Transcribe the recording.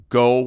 go